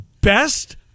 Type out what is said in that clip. best